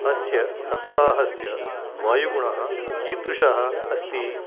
अस्य सप्ताहस्य वायुगुणः कीदृशः अस्ति